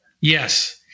Yes